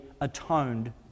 atoned